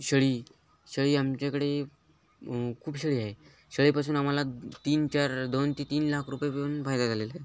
शेळी शेळी आमच्याकडे खूप शेळी आहे शेळीपासून आम्हाला तीन चार दोन ते तीन लाख रुपये मिळून फायदा झालेला आहे